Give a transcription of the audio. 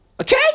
Okay